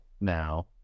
now